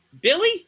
Billy